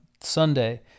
Sunday